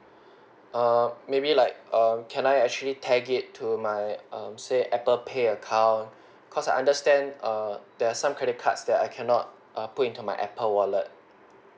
err maybe like err can I actually tag it to my um say Apple Pay account cause I understand err there's some credit cards that I cannot err put into my Apple wallet